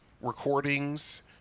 recordings